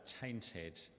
tainted